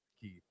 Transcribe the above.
Keith